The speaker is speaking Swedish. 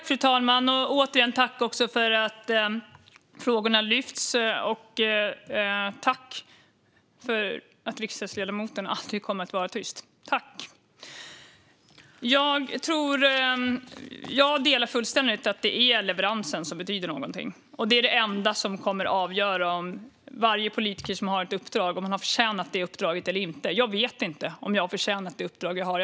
Fru talman! Jag tackar återigen för att frågorna lyfts upp. Tack också för att riksdagsledamoten aldrig kommer att vara tyst! Jag håller fullständigt med om att det är leveransen som betyder någonting. Det är det enda som avgör om en politiker har förtjänat sitt uppdrag eller inte. Jag vet inte om jag har förtjänat det uppdrag jag har.